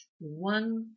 one